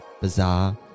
Bizarre